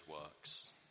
works